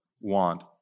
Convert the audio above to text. want